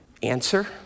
answer